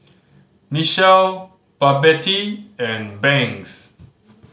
Michele Babette and Banks